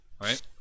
right